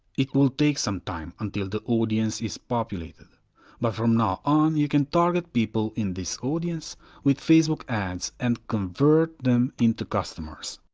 it will take some time until the audience is populated but from now on you can target people in this audience with facebook ads and convert them into customers.